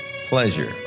pleasure